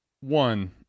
one